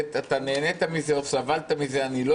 ייטב.